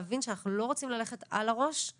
או לתואר ראשון